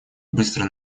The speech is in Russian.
быстро